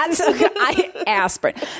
aspirin